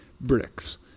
bricks